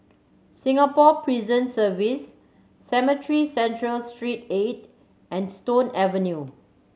Singapore Prison Service Cemetry Central Street Eight and Stone Avenue